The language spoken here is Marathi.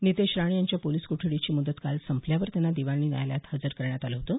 नितेश राणे यांच्या पोलिस कोठडीची मुदत काल संपल्यावर त्यांना दिवाणी न्यायालयात हजर करण्यात आलं होतं